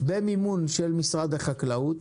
במימון של משרד החקלאות,